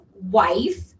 wife